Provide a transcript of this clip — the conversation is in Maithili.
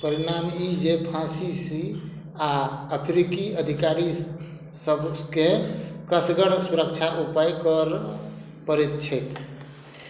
परिणाम ई जे फासीसी आ अफ्रीकी अधिकारीसभकेँ कसगर सुरक्षा उपाय करऽ पड़ैत छैक